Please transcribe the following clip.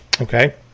okay